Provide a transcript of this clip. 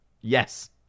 Yes